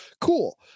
Cool